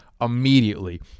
immediately